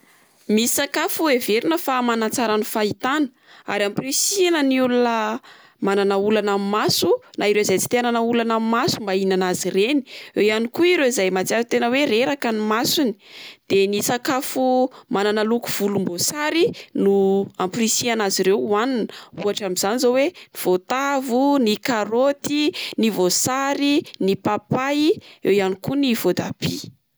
Misy sakafo heverina fa manatsara ny fahitana, ary ampirisiana ny olona manana olana amin'ny maso na ireo izay tsy te anana olana amin'ny maso mba hihinana azy ireny, eo ihany koa ireo izay mahatsiaro tena oe reraka ny masony. De ny sakafo manana loko volomboasary no ampirisiana azy ireo hoanina: ohatra amin'izany zao oe voatavo, ny karaoty, ny voasary, ny papay, eo ihany koa ny voatabia.